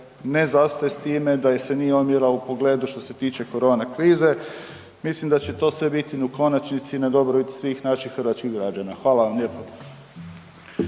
se ne razumije./... u pogledu što se tiče korona krize, mislim da će to sve biti u konačnici na dobrobit svih naših hrvatskih građana. Hvala vam lijepo.